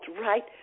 right